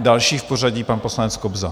Další v pořadí pan poslanec Kobza.